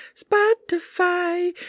Spotify